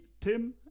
tim